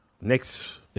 Next